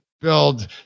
build